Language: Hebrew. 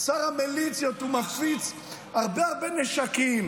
ממש לא.